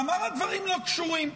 ואמר: הדברים לא קשורים.